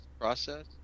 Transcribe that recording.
process